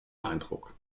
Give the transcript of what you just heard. eindruck